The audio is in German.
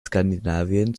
skandinavien